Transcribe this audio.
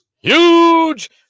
Huge